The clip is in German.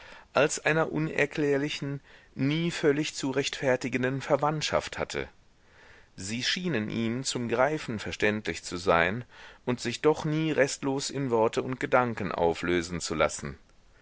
als einer unerklärlichen nie völlig zu rechtfertigenden verwandtschaft hatte sie schienen ihm zum greifen verständlich zu sein und sich doch nie restlos in worte und gedanken auflösen zu lassen